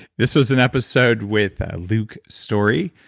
this was an episode with luke storey.